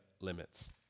limits